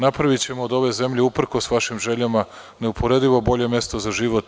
Napravićemo od ove zemlje, uprkos vašim željama, neuporedivo bolje mesto za život.